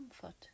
comfort